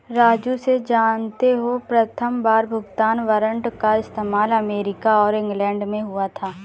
राजू से जानते हो प्रथमबार भुगतान वारंट का इस्तेमाल अमेरिका और इंग्लैंड में हुआ था